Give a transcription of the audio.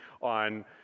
on